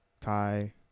Thai